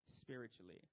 spiritually